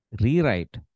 rewrite